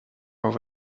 are